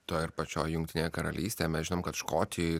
toj ir pačioj jungtinėje karalystėje mes žinome kad škotijoj